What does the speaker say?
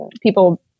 people